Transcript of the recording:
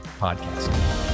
podcast